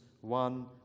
one